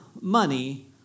money